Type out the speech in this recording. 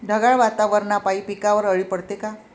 ढगाळ वातावरनापाई पिकावर अळी पडते का?